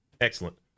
Excellent